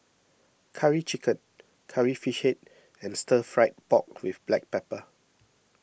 Curry Chicken Curry Fish Head and Stir Fried Pork with Black Pepper